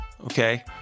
okay